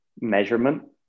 measurement